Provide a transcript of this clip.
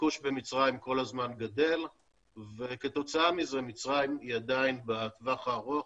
הביקוש במצרים כל הזמן גדול וכתוצאה מזה מצרים היא עדיין בטווח הארוך,